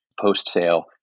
post-sale